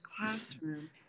classroom